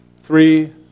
three